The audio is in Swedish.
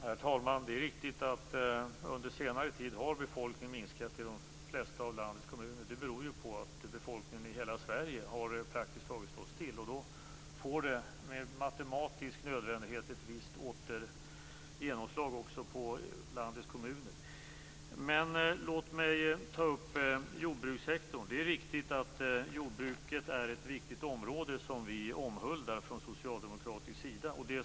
Herr talman! Det är riktigt att befolkningen under senare tid har minskat i de flesta av landets kommuner. Det beror på att befolkningen i hela Sverige praktiskt taget har stått still, och det får med matematisk nödvändighet ett visst genomslag också på landets kommuner. Låt mig ta upp frågan om jordbrukssektorn. Det är riktigt att jordbruket är ett viktigt område som vi från socialdemokratisk sida omhuldar.